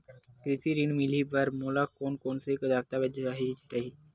कृषि ऋण मिलही बर मोला कोन कोन स दस्तावेज चाही रही?